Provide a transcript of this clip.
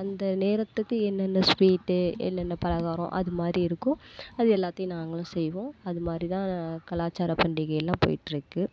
அந்த நேரத்துக்கு என்னென்ன ஸ்வீட்டு என்னென்ன பலகாரம் அது மாதிரி இருக்கோ அது எல்லாத்தையும் நாங்களும் செய்வோம் அது மாதிரி தான் கலாச்சார பண்டிகை எல்லாம் போய்கிட்ருக்கு